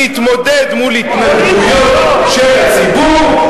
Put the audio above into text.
להתמודד מול התנגדויות של הציבור,